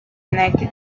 united